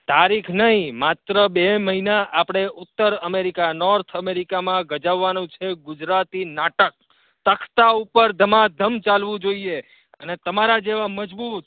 તારીખ નહીં માત્ર બે મહિના આપણે ઉત્તર અમેરિકા નોર્થ અમેરિકામાં ગજવવાનું છે ગુજરાતી નાટક તખ્તા ઉપર ધમાધમ ચાલવું જોઈએ અને તમારા જેવા મજબૂત